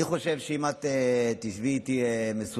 אני חושב שאם את תשבי איתי מסודר,